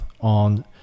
on